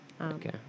Okay